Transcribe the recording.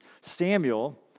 Samuel